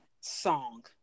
song